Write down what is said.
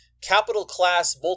capital-class